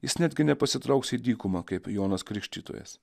jis netgi nepasitrauks į dykumą kaip jonas krikštytojas